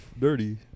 dirty